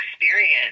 experience